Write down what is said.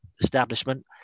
establishment